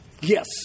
Yes